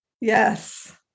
yes